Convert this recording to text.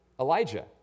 Elijah